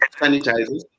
sanitizers